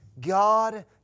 God